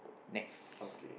next